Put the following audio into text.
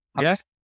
yes